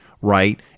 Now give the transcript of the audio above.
right